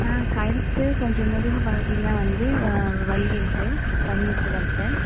ஆ கழுத்து கொஞ்சம் முதுகு பகுதியில் வந்து வலி இருக்குது வலி இருக்குது டாக்டர்